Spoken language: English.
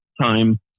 time